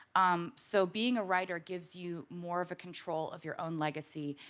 um so being a writer gives you more of a control of your own legacy.